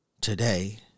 today